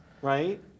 Right